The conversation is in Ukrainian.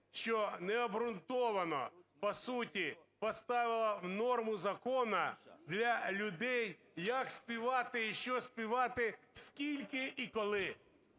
що необґрунтовано по суті поставило норму закону для людей, як співати і що співати, скільки і коли.